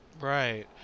Right